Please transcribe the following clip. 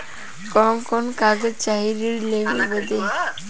कवन कवन कागज चाही ऋण लेवे बदे?